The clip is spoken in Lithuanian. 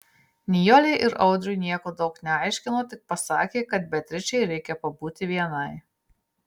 nijolei ir audriui nieko daug neaiškino tik pasakė kad beatričei reikia pabūti vienai